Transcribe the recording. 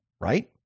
right